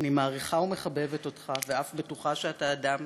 אני מעריכה ומחבבת אותך ואף בטוחה שאתה אדם